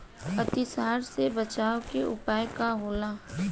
अतिसार से बचाव के उपाय का होला?